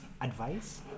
advice